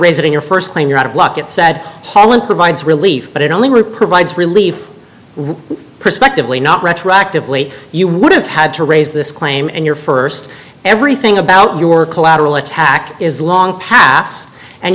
raise it in your first claim you're out of luck it said holland provides relief but it only really provides relief prospectively not retroactively you would have had to raise this claim in your first everything about your collateral attack is long past and